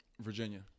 Virginia